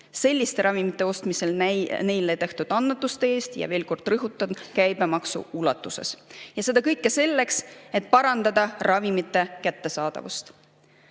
selliste ravimite ostmisel neile tehtud annetuste eest – ja veel kord rõhutan – käibemaksu ulatuses. Seda kõike selleks, et parandada ravimite kättesaadavust.